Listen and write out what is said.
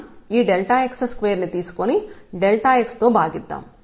మనం ఈ x2 ని తీసుకొని x తో భాగిద్దాం